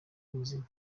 muzima